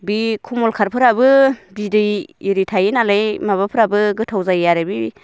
बे कमल काटफोराबो बिदै आरि थायो नालाय माबाफ्राबो गोथाव जायो आरो बे